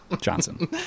johnson